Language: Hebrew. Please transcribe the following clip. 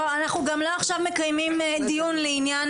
אנחנו גם לא עכשיו מקיימים דיון לעניין